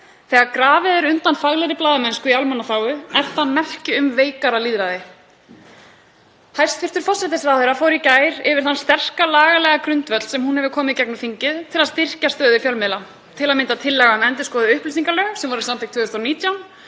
Þegar grafið er undan faglegri blaðamennsku í almannaþágu er það merki um veikara lýðræði. Hæstv. forsætisráðherra fór í gær yfir þann sterka lagalega grundvöll sem hún hefur komið í gegnum þingið til að styrkja stöðu fjölmiðla, til að mynda tillögu um endurskoðun upplýsingalaga, sem var samþykkt 2019,